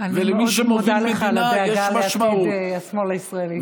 אני מאוד מודה לך על הדאגה לעתיד השמאל הישראלי.